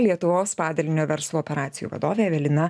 lietuvos padalinio verslo operacijų vadovė evelina